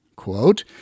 Quote